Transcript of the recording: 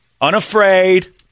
Unafraid